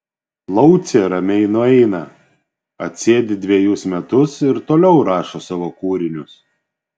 laucė ramiai nueina atsėdi dvejus metus ir toliau rašo savo kūrinius